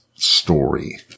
story